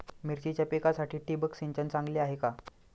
मिरचीच्या पिकासाठी ठिबक सिंचन चांगले आहे का?